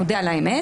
נודה על האמת,